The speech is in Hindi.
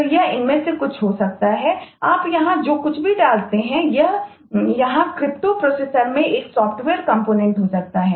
तो यह इनमें से कुछ हो सकता है कि आप यहां जो कुछ भी डालते हैं वह यहां क्रिप्टो प्रोसेसरहोगा